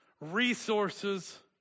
resources